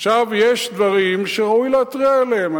יש דברים שראוי להתריע עליהם,